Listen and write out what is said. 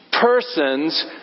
persons